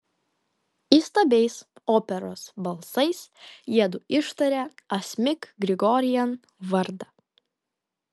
įstabiais operos balsais jiedu ištarė asmik grigorian vardą